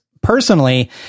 personally